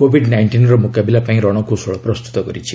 Covid ନାଇଷ୍ଟିନ୍ର ମୁକାବିଲା ପାଇଁ ରଣକୌଶଳ ପ୍ରସ୍ତୁତ କରିଛି